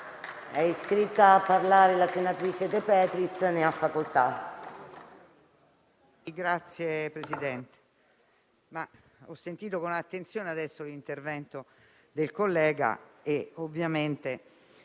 È iscritta a parlare la senatrice De Petris. Ne ha facoltà.